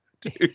dude